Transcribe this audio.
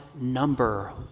number